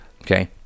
Okay